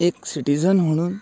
एक सिटीझन म्हणून